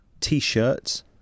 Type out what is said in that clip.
T-shirts